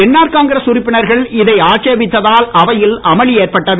NR Congress உறுப்பினர்கள் இதை ஆட்சேபித்ததால் அவையில் அமளி ஏற்பட்டது